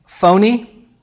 phony